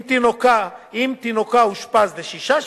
אם תינוקה אושפז לשישה שבועות,